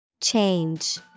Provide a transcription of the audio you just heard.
Change